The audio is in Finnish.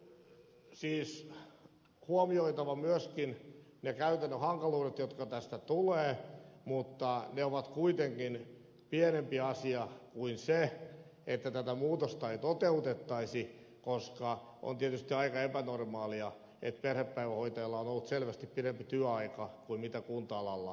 on siis huomioitava myöskin ne käytännön hankaluudet jotka tästä tulevat mutta ne ovat kuitenkin pienempi asia kuin se että tätä muutosta ei toteutettaisi koska on tietysti aika epänormaalia että perhepäivähoitajalla on ollut selvästi pidempi työaika kuin kunta alalla keskimäärin